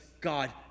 God